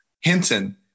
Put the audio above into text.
Hinton